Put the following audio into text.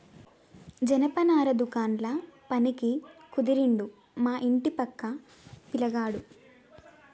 జనపనార దుకాండ్ల పనికి కుదిరిండు మా ఇంటి పక్క పిలగాడు